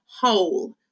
whole